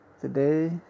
today